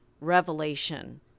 revelation